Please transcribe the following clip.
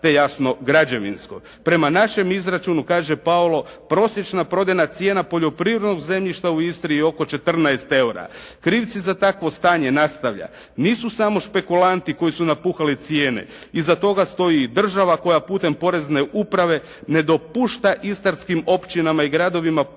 te jasno građevinsko. Prema našem izračunu, kaže Paulo, prosječna prodajna cijena poljoprivrednog zemljišta u Istri je oko 14 EUR-a. Krivci za takvo stanje, nastavlja, nisu samo špekulanti koji su napuhali cijene. Iza toga stoji i država koja putem porezne uprave ne dopušta istarskim općinama i gradovima prodaju